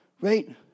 right